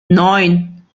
neun